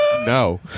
no